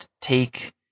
take